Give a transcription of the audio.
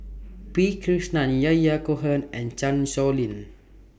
P Krishnan Yahya Cohen and Chan Sow Lin